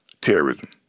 terrorism